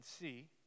see